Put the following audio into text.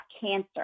cancer